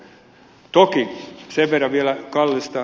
toki sen verran vielä ed